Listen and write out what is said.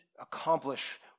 accomplish